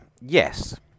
Yes